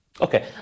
Okay